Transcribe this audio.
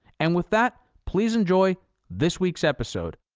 and with that, please enjoy this week's episode.